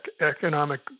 economic